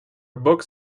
books